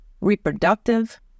reproductive